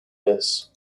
less